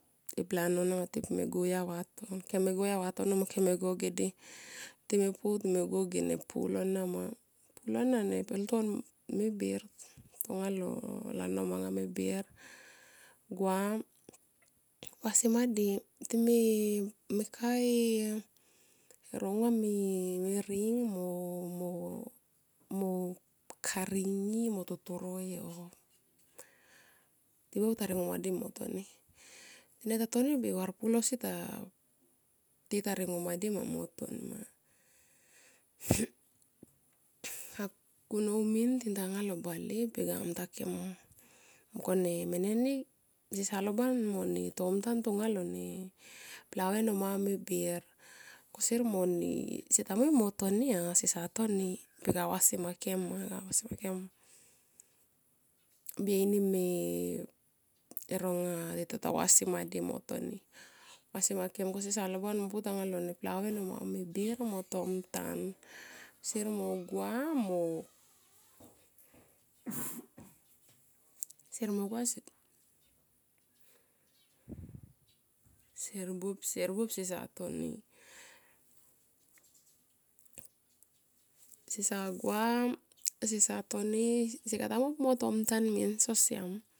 E blanon anga tipu me go auya vatono. Kem go auya vatono mo kem pu me go dedi time pu time go ge pulo nama. Pulo na ne pelton me bir tonga lo lano manga me bir per gua vasimadi time kae e ronga me ring mo- mo- mo karing i mo totoroi ti buop ta ringomadi tene tatoni per varpulo sita tita ringomadi ma mo toni ma. a kunnou min tintanga lo bale pe ga mungtua kem mungkone mene ni sesa ne loban mo ne tontan to nga lon ne plave no manga me bir. Kusier mone kuseta mui mo toni a, sesa toni pe ga vasimakem bihainim e ronga titota vasimga di mo toni. sesa loban mo pu tanga lo plave no manga me bir mo tomtam sier mo gua mo. sier mo gua sier buop sesa toni sesa gua sesa toni, sekata mui mo pu mo tomtan min sier siam.